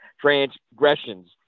transgressions